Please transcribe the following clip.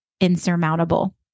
insurmountable